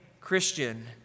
Christian